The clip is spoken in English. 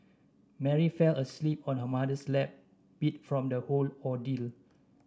Mary fell asleep on her mother's lap beat from the all ordeal